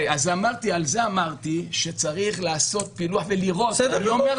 אז על זה אמרתי שצריך לעשות פילוח ולראות, אבל